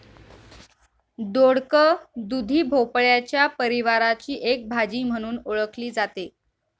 दोडक, दुधी भोपळ्याच्या परिवाराची एक भाजी म्हणून ओळखली जाते